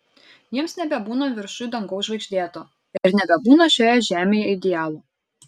jiems nebebūna viršuj dangaus žvaigždėto ir nebebūna šioje žemėje idealo